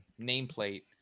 nameplate